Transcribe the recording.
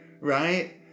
right